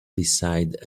beside